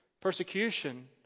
persecution